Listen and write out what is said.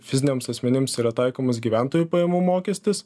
fiziniams asmenims yra taikomas gyventojų pajamų mokestis